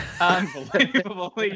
Unbelievable